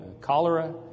cholera